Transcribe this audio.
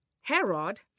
Herod